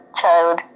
child